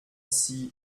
six